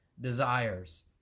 desires